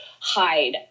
hide